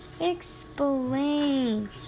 Explain